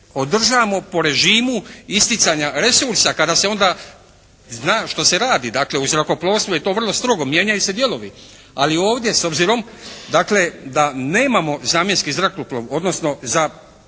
održavamo po režimu isticanja resursa kada se onda zna što se radi. Dakle, u zrakoplovstvu je to vrlo strogo. Mijenjaju se dijelovi. Ali ovdje, s obzirom dakle, da nemamo zamjenski zrakoplov odnosno za